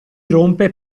rompe